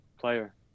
player